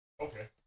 Okay